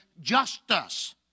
justice